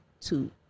two